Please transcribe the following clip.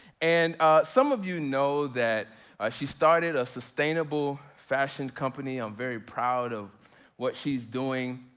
and some of you know that she started a sustainable fashion company, i'm very proud of what she's doing.